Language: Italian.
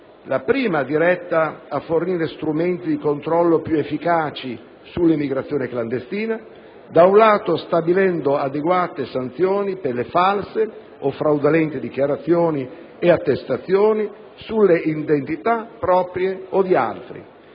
la prima diretta a fornire strumenti di controllo più efficaci sull'immigrazione clandestina, da un lato stabilendo adeguate sanzioni per le false o fraudolente dichiarazioni e attestazioni sulle identità proprie o di altri